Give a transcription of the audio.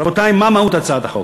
רבותי, מה מהות הצעת החוק?